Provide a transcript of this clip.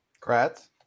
Kratz